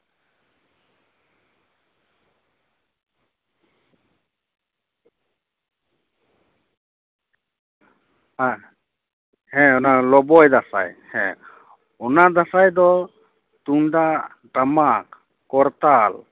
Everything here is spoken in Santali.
ᱦᱮᱸ ᱚᱱᱟ ᱞᱚᱵᱚᱭ ᱫᱟᱸᱥᱟᱭ ᱚᱱᱟ ᱫᱟᱸᱥᱟᱭ ᱫᱚ ᱛᱩᱢᱫᱟᱜ ᱴᱟᱢᱟᱠ ᱠᱚᱨᱛᱟᱞ